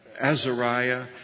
Azariah